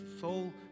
soul